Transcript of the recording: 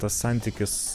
tas santykis